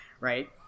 right